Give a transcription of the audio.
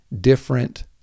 different